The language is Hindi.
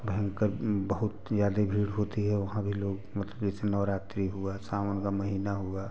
भयंकर बहुत ज़्यादे भीड़ होती है वहाँ भी लोग मतलब जैसे नौरात्रि हुआ सावन का महीना हुआ